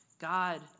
God